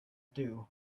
due